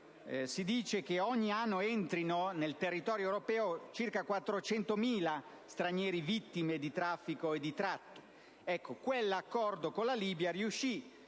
Si dice che ogni anno entrino in territorio europeo circa 400.000 stranieri vittime di traffico e di tratta. Ebbene, quell'accordo con la Libia riuscì